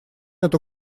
эту